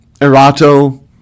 Erato